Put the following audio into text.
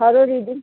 thorough reading